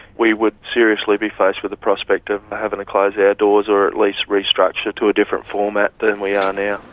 we would seriously be faced with the prospect of having to close our doors or at least restructure to a different format than we are now.